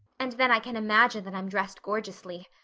and then i can imagine that i'm dressed gorgeously.